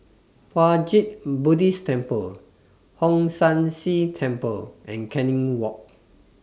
Puat Jit Buddhist Temple Hong San See Temple and Canning Walk